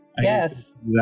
Yes